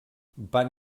van